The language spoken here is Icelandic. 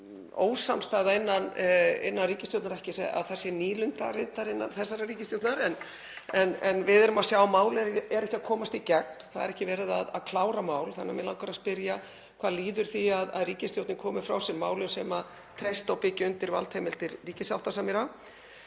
nokkur ósamstaða innan ríkisstjórnar. Ekki að það sé nýlunda reyndar innan þessarar ríkisstjórnar en við sjáum að málið er ekki að komast í gegn, það er ekki verið að klára mál þannig að mig langar að spyrja: Hvað líður því að ríkisstjórnin komi frá sér málum sem treysta og byggja undir valdheimildir ríkissáttasemjara?